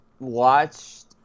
watched